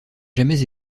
jamais